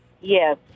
Yes